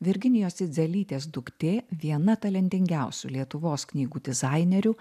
virginijos idzelytės duktė viena talentingiausių lietuvos knygų dizainerių